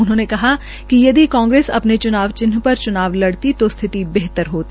उन्होंने कहा कि यदि कांग्रेस अपने च्नाव चिन्ह पर च्नाव लड़ती तो स्थिति बेहतर होती